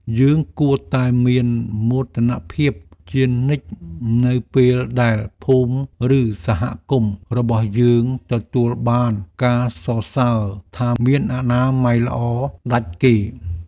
យើងគួរតែមានមោទនភាពជានិច្ចនៅពេលដែលភូមិឬសហគមន៍របស់យើងទទួលបានការសរសើរថាមានអនាម័យល្អដាច់គេ។